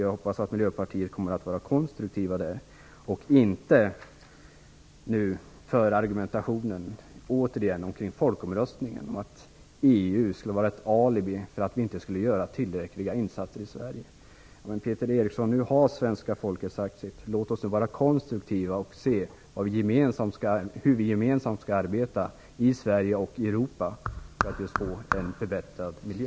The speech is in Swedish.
Jag hoppas att Miljöpartiet kommer att vara konstruktivt och inte föra argumentationen kring folkomröstningen med att EU skulle vara ett alibi för att vi inte skulle göra tillräckliga insatser i Sverige. Svenska folket har sagt sitt, Peter Eriksson. Låt oss nu vara konstruktiva och se hur vi gemensamt skall arbeta för att få en förbättrad miljö.